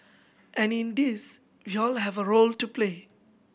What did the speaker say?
and in this we all have a role to play